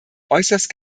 äußerst